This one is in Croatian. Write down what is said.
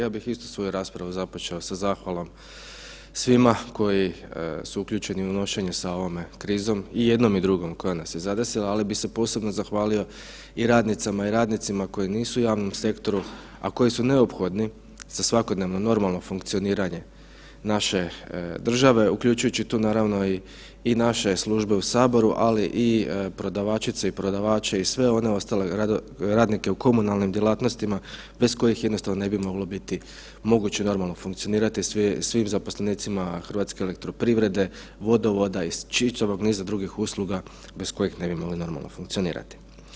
Ja bih isto svoju raspravu započeo sa zahvalom svima koji su uključeni u nošenju sa ovom krizom i jednom i drugom koja nas je zadesila, ali bi se posebno zahvalio i radnicama i radnicima koji nisu u javnom sektoru, a koji su neophodni za svakodnevno normalno funkcioniranje naše države uključujući tu naravno i naše službe u saboru, ali i prodavačice i prodavače i sve one ostale radnike u komunalnim djelatnostima bez kojih jednostavno ne bi moglo biti moguće normalno funkcionirati, svim zaposlenicima HEP-a, vodovoda i čitavog niza drugih usluga bez kojih ne bi mogli normalo funkcionirati.